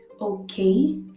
okay